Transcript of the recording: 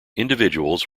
individuals